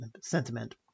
sentiment